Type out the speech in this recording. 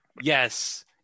Yes